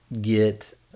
get